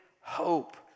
hope